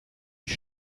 ich